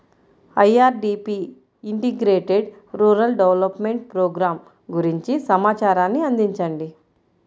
IRDP integrated rural development program గురించి సమాచారాన్ని అందించండి?